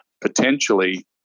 potentially